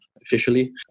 Officially